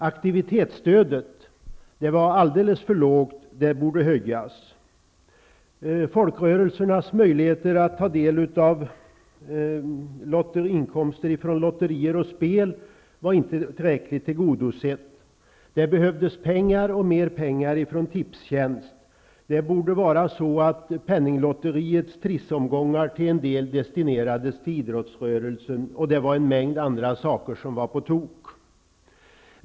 Aktivitetsstödet var alldeles för lågt och borde höjas. Folkrörelsernas möjligheter att ta del av inkomster från lotterier och spel var inte tillräckligt tillgodosett. Det behövdes pengar och mer pengar från Tipstjänst. Penninglotteriets trissomgångar borde till en del destineras till idorttsrörelsen. Även en mängd andra saker var på tok.